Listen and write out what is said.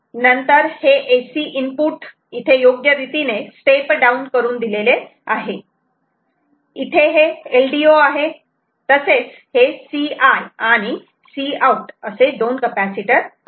नंतर हे AC input इथे योग्य रीतीने स्टेप डाउन करून दिलेले आहे इथे हे LDO आहे तसेच हे Ci आणि Cout असे दोन कपॅसिटर आहेत